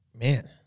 Man